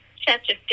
chapter